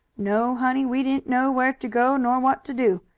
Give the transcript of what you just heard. no, honey, we didn't know where to go nor what to do.